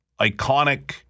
iconic